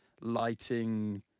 lighting